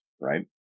right